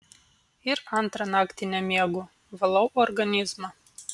ir antrą naktį nemiegu valau organizmą